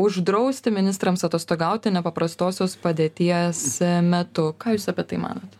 uždrausti ministrams atostogauti nepaprastosios padėties metu ką jūs apie tai manot